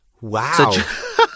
Wow